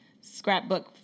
Scrapbook